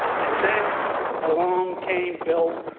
and then along came bill